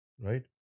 right